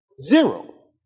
Zero